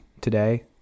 today